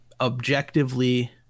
objectively